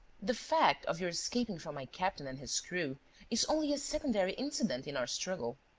the fact of your escaping from my captain and his crew is only a secondary incident in our struggle.